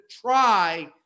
try